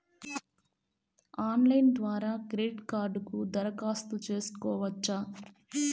Online ద్వారా credit కార్డుకు దరఖాస్తు సేసుకోవచ్చా?